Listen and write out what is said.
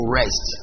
rest